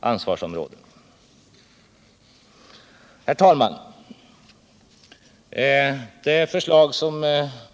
ansvarsområden. Herr talman!